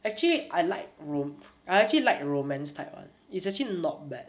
actually I like rom~ I actually like romance type [one] is actually not bad